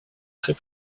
très